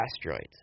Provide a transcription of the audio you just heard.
asteroids